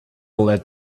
let